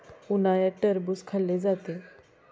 उन्हाळ्यात टरबूज खाल्ले जाते